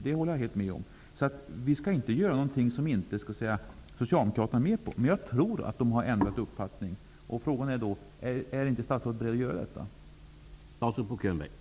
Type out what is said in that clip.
Vi skall alltså inte göra något som Socialdemokraterna inte är med på. Jag tror emellertid att de har ändrat uppfattning. Är statsrådet beredd att göra det som jag här har talat om?